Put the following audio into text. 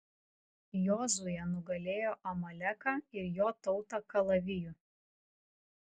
jozuė nugalėjo amaleką ir jo tautą kalaviju